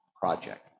project